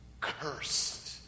Cursed